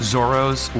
Zoro's